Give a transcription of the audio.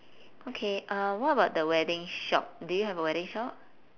okay uh what about the wedding shop do you have a wedding shop